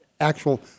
actual